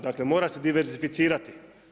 Dakle mora se diversificirati.